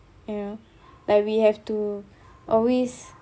ya like we have to always